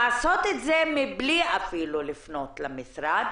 לעשות את זה אפילו מבלי לפנות למשרד.